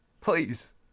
Please